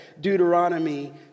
Deuteronomy